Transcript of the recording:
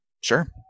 Sure